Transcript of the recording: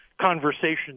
conversation